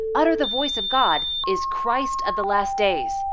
utter the voice of god is christ of the last days,